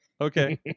okay